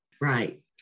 Right